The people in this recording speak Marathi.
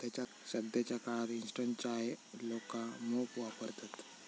सध्याच्या काळात इंस्टंट चाय लोका मोप वापरतत